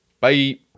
Bye